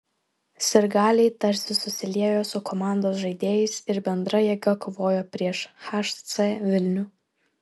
sirgaliai tarsi susiliejo su komandos žaidėjais ir bendra jėga kovojo prieš hc vilnių